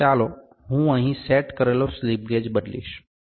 તેથી ચાલો હું અહીં સેટ કરેલો સ્લિપ ગેજ બદલીશ